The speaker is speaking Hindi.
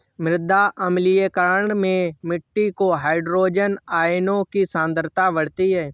मृदा अम्लीकरण में मिट्टी में हाइड्रोजन आयनों की सांद्रता बढ़ती है